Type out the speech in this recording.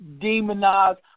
demonized